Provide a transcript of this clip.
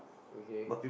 okay